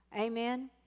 Amen